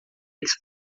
eles